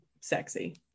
sexy